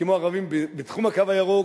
כמו ערבים בתחום "הקו הירוק",